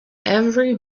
every